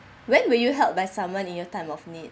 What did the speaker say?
when were you helped by someone in your time of need